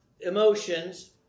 emotions